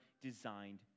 designed